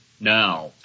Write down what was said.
now